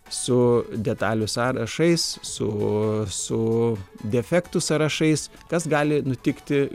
su detalių sąrašais su su defektų sąrašais kas gali nutikti